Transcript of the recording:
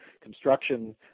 construction